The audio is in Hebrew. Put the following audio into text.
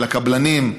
על הקבלנים,